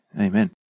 Amen